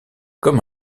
comme